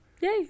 Yay